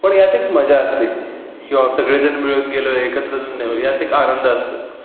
पण यात एक मजा असते किंवा सगळे जण मिळून गेलो एकत्र जाणं यात एक आनंद असतो